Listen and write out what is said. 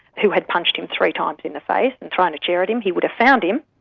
who had punched him three times in the face, and thrown a chair at him, he would have found him,